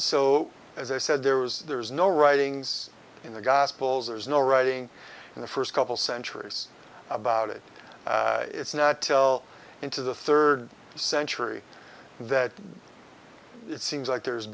so as i said there was there is no writings in the gospels there's no writing in the first couple centuries about it it's now tell into the third century that it seems like there's